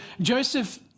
Joseph